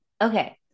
Okay